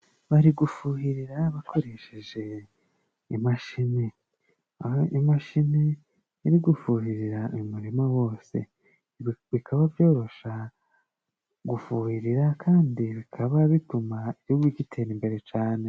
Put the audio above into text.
Bari gufuhirira bakoresheje imashini aho imashini iri gufuhirira umurima wose, bikaba byorosha gufuhirira kandi bikaba bituma igihugu gitera imbere cane.